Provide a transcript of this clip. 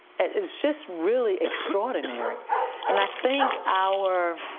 it was just really extraordinary and i think our,